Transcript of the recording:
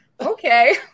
Okay